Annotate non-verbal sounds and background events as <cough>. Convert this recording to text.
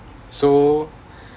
so <breath>